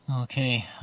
Okay